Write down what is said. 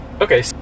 Okay